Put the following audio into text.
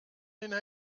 ihnen